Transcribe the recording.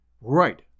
Right